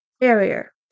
Barrier